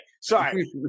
sorry